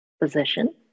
position